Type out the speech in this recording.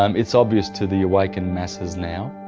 um it's obvious to the awakened masses now.